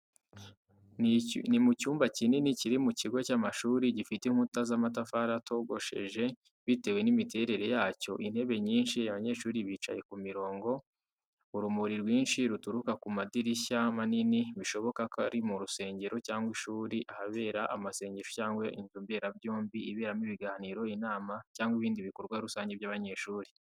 Ni mu cyumba kinini kiri mu kigo cy'amashuri, gifite inkuta z'amatafari atogosheje. Bitewe n'imiterere yacyo intebe nyinshi abanyeshuri bicaye mu mirongo, urumuri rwinshi ruturuka ku madirishya manini, bishoboka ko ari mu rusengero cyangwa ishuri, ahabera amasengesho cyangwa inzu mberabyombi iberamo ibiganiro, inama, cyangwa ibindi bikorwa rusange by’abanyeshuri.